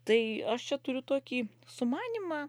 tai aš čia turiu tokį sumanymą